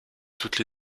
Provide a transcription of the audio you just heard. toutes